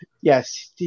yes